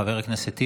חבר הכנסת טיבי,